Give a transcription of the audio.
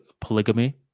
polygamy